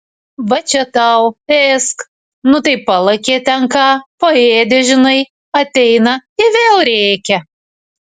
va čia tau ėsk nu tai palakė ten ką paėdė žinai ateina ir vėl rėkia